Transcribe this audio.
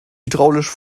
hydraulisch